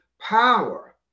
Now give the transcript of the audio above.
power